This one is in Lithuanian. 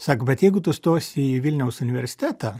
sako bet jeigu tu stosi į vilniaus universitetą